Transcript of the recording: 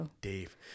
Dave